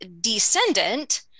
descendant